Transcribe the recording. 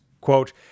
Quote